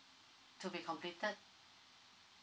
to be completed